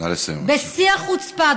בשיא החוצפה,